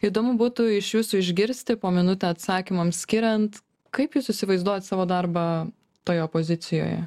įdomu būtų iš jūsų išgirsti po minutę atsakymams skiriant kaip jūs įsivaizduojat savo darbą toje opozicijoje